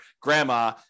grandma